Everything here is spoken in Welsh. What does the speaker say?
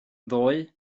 ddoe